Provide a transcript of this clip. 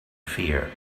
fear